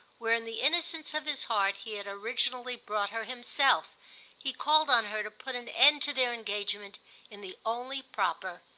where in the innocence of his heart he had originally brought her himself he called on her to put an end to their engagement in the only proper,